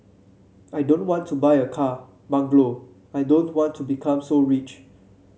I don't want to buy a car bungalow I don't want to become so rich